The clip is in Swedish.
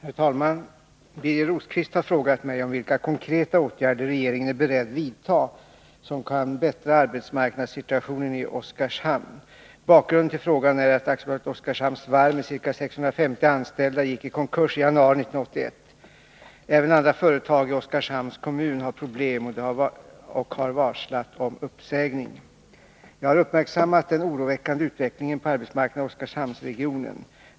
Herr talman! Birger Rosqvist har frågat mig om vilka konkreta åtgärder regeringen är beredd vidta som kan förbättra arbetsmarknadssituationen i Oskarshamn. Bakgrunden till frågan är att AB Oskarshamns varv med ca 650 anställda gick i konkurs i januari 1981. Även andra företag i Oskarshamns kommun har problem och har varslat om uppsägning. Jag har uppmärksammat den oroväckande utvecklingen på arbetsmarknaden i Oskarshamnsregionen.